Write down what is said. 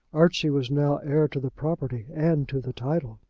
archie was now heir to the property and to the title.